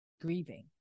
grieving